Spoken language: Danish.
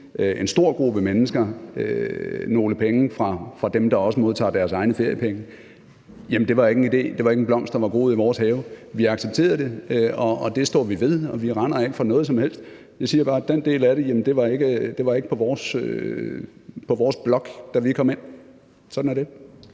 en stor gruppe mennesker nogle penge fra dem, der også modtager deres egne feriepenge, var ikke en blomst, der var groet i vores have. Vi accepterede det, og det står vi ved, og vi render ikke fra noget som helst, men jeg siger bare, at den del af det var ikke på vores blok, da vi kom ind. Sådan er det.